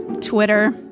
Twitter